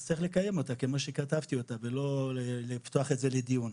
אז צריך לקיים אותה כמו שכתבתי אותה ולא לפתוח את זה לדיון.